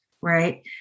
Right